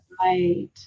Right